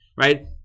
right